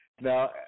Now